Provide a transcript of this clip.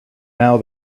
now